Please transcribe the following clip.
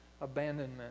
abandonment